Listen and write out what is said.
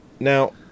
Now